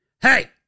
hey